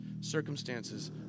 circumstances